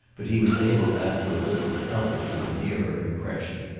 but he was able after a little to help her to a nearer impression.